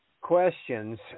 questions